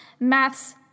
maths